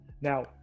Now